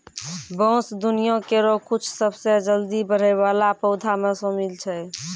बांस दुनिया केरो कुछ सबसें जल्दी बढ़ै वाला पौधा म शामिल छै